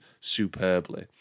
superbly